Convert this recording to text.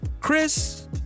Chris